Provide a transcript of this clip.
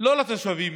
לא לתושבים